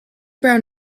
brown